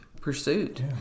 pursuit